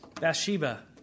Bathsheba